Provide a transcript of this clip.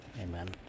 Amen